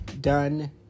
done